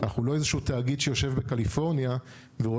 אנחנו לא איזשהו תאגיד שיושב בקליפורניה ורואה